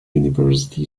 university